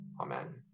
Amen